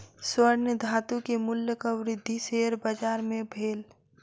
स्वर्ण धातु के मूल्यक वृद्धि शेयर बाजार मे भेल